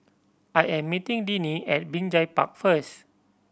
I am meeting Dennie at Binjai Park first